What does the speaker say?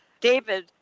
david